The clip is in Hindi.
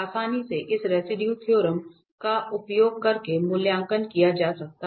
आसानी से इस रेसिडुए थ्योरम का उपयोग करके मूल्यांकन किया जा सकता है